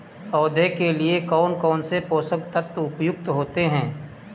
पौधे के लिए कौन कौन से पोषक तत्व उपयुक्त होते हैं?